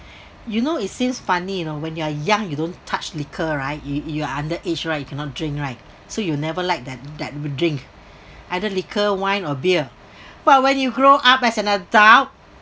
you know it seems funny you know when you're young you don't touch liquor right you you're under age right you cannot drink right so you'll never liked that that dr~ drink either liquor wine or beer but when you grow up as an adult